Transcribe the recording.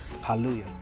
Hallelujah